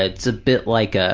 it's a bit like, ah